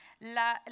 la